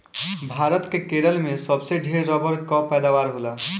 भारत के केरल में सबसे ढेर रबड़ कअ पैदावार होला